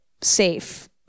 safe